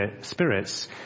spirits